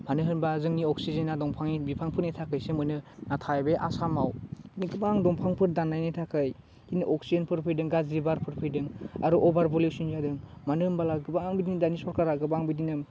मानो होनबा जोंनि अक्सिजेना दंफांनि बिफांफोरनि थाखाइसो मोनो नाथाय बे आसामाव गोबां दंफांफोर दान्नायनि थाखै अक्सिजेनफोर फैदों गाज्रि बारफोर फैदों आरो अभार बुलेसन जादों मानो होनबोला गोबां बिदिनो दानि सरकारा गोबां बिदिनो